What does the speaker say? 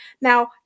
Now